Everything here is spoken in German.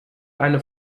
eine